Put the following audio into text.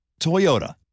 Toyota